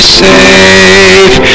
safe